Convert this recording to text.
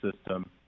system